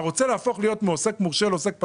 אם אתה רוצה להפוך מעוסק מורשה לעוסק פטור,